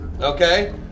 Okay